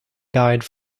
guide